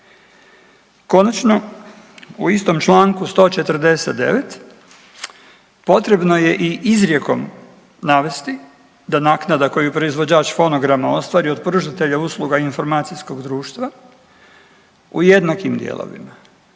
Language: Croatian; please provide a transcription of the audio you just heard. Konačno, u istom članku 149. potrebno je i izrijekom navesti da naknada koju proizvođač fonograma ostvari od pružatelja usluga informacijskog društva u jednakim dijelovima